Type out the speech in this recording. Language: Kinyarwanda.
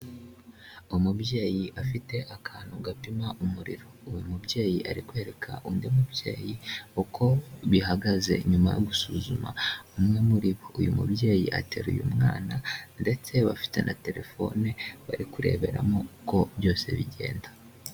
Umubyeyi afite akantu gapima umuriro. Uyu mubyeyi arikwereka undi mubyeyi uko bihagaze nyuma yo gusuzuma umwe muri bo, uyu mubyeyi ateruye mwana ndetse bafite na telefone bari kureberamo uko byose bigenda.